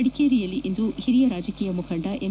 ಮಡಿಕೇರಿಯಲ್ಲಿಂದು ಹಿರಿಯ ರಾಜಕೀಯ ಮುಖಂಡ ಎಂ